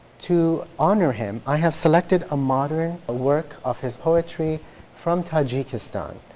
to honor him, i have selected a modern ah work of his poetry from tajikistan.